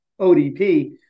ODP